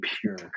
pure